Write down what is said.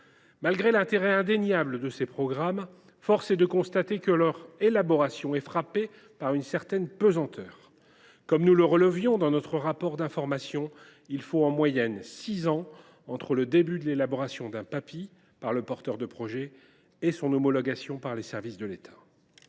Malgré l’intérêt indéniable de ces programmes, force est de constater que leur élaboration est marquée par une certaine pesanteur. Comme nous le relevions dans notre rapport d’information, il faut en moyenne six ans entre le début de l’élaboration d’un Papi par le porteur de projet et son homologation par les services de l’État.